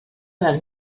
del